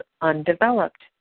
undeveloped